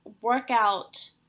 workout